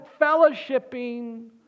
fellowshipping